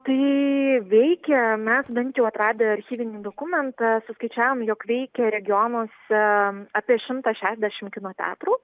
tai veikia mes bent jau atradę archyvinį dokumentą suskaičiavom jog veikė regionuose apie šimtą šešiasdešimt kino teatrų